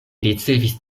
ricevis